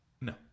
No